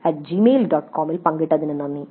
com ൽ പങ്കിട്ടതിന് നന്ദി